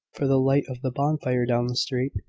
for the light of the bonfire down the street.